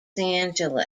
angeles